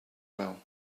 well